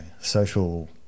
social